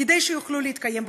כדי שיוכלו להתקיים בכבוד.